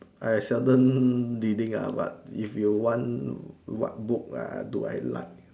I seldom reading ah but if you want what book ah do I like